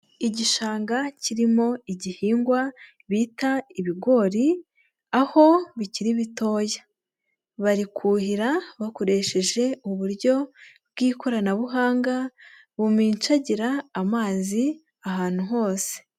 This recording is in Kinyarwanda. Igishanga kirimo igihingwa bita ibigori aho bikiri bitoya. Bari kuhira bakoresheje uburyo bw'ikoranabuhanga buminjagira amazi ahantu hose.